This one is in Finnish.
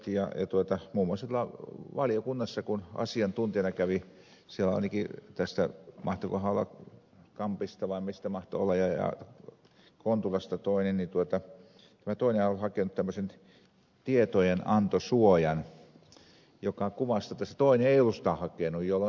kun tuolla valiokunnassa kävi asiantuntija niin joku virkailija ainakin mahtoikohan olla tästä kampista vai mistä mahtoi olla ja kontulasta toinen oli hakenut tämmöisen tietojenantosuojan se toinen ei ollut sitä hakenut